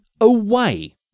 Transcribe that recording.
away